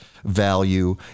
value